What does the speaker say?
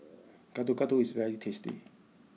Gado Gado is very tasty